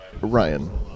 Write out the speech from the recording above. Ryan